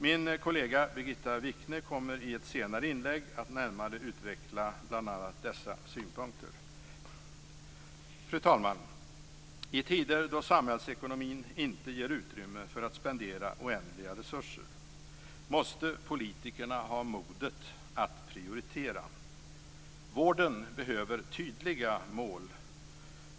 Min kollega Birgitta Wichne kommer i ett senare inlägg att närmare utveckla bl.a. dessa synpunkter. Fru talman! I tider då samhällsekonomin inte ger utrymme för att man spenderar oändliga resurser måste politikerna ha modet att prioritera. Vården behöver tydliga mål.